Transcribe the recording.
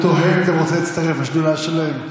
אתה רוצה להצטרף לשדולה שלהם?